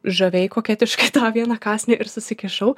žaviai koketiškai tą vieną kąsnį ir susikišau